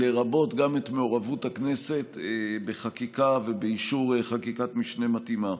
לרבות מעורבות הכנסת בחקיקה ובאישור חקיקת משנה מתאימה.